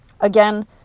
Again